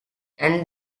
and